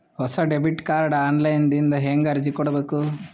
ಹೊಸ debit card online ದಿಂದ ಹೇಂಗ ಅರ್ಜಿ ಕೊಡಬೇಕು?